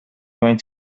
going